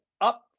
up